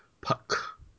Puck